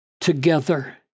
together